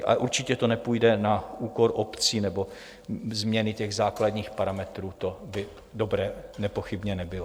Ale určitě to nepůjde na úkor obcí nebo změny těch základních parametrů, to by dobré nepochybně nebylo.